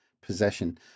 possession